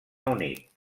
unit